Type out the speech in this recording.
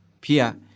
Pia